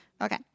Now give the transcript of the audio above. Okay